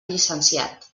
llicenciat